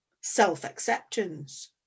self-acceptance